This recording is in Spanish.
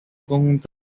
conjunto